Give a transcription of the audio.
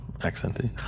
accenting